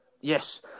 Yes